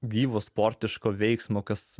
gyvo sportiško veiksmo kas